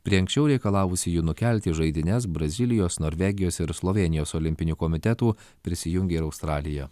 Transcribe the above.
prie anksčiau reikalavusiųjų nukelti žaidynes brazilijos norvegijos ir slovėnijos olimpinių komitetų prisijungė ir australija